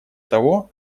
того